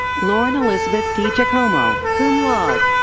lauren elizabeth digiacomo, cum laude.